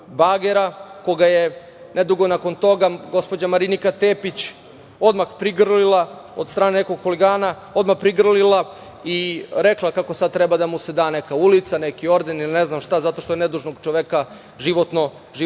bagera, koga je nedugo nakon toga gospođa Marinika Tepić odmah prigrlila, od strane nekog huligana, i rekla kako sad treba da mu se da neka ulica, neki orden ili ne znam šta, zato što je nedužnog čoveka životno ugrozio.